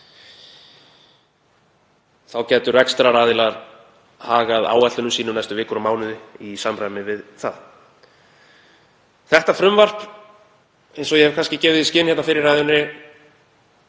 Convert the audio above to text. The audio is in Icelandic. Þá gætu rekstraraðilar hagað áætlunum sínum næstu vikur og mánuði í samræmi við það. Þetta frumvarp, eins og ég gaf í skyn hérna fyrr í ræðunni,